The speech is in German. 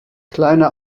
kleine